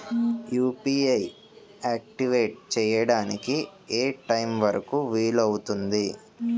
UPI activate చెయ్యడానికి ఏ time వరుకు వీలు అవుతుంది?